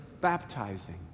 baptizing